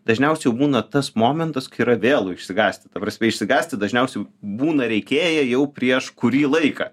dažniausiai jau būna tas momentas kai yra vėlu išsigąsti ta prasme išsigąsti dažniausiai būna reikėję jau prieš kurį laiką